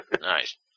Nice